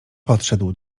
podszedł